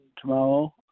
tomorrow